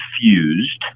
fused